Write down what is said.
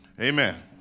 Amen